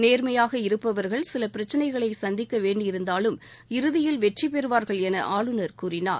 நேர்மையாக இருப்பவர்கள் சில பிரச்னைகளை சந்திக்க வேண்டியிருந்தாலும் இறுதியில் வெற்றி பெறுவார்கள் என ஆளுநர் கூறினார்